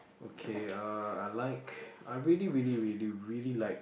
okay uh I like I really really really really like